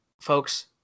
folks